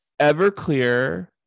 Everclear